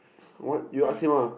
what you ask him lah